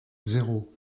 zéro